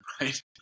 right